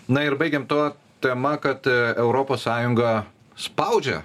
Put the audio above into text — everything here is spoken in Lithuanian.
na ir baigėm tuo tema kad europos sąjunga spaudžia